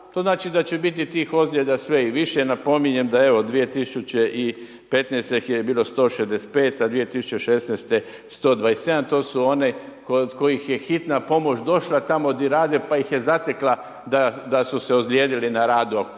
to znači da će bit tih ozljeda sve i više, napominjem da evo 2015. ih je bilo 165, a 2016. 127, to su one kod kojih je hitna pomoć došla tamo gdje rade pa ih je zatekla da su se ozlijedili na radu,